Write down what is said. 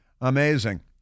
Amazing